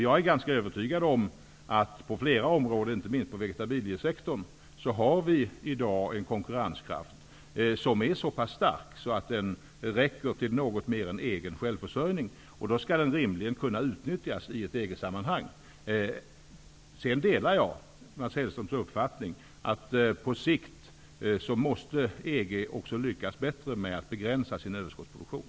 Jag är ganska övertygad om att vi i dag har en konkurrenskraft på flera områden, inte minst inom vegetabiliesektorn, som är så pass stark att den räcker till något mer än till egen självförsörjning. Då skall den rimligen kunna utnyttjas i ett EG sammanhang. Jag delar Mats Hellströms uppfattning att EG på sikt också måste lyckas bättre med att begränsa sin överskottsproduktion.